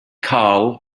carl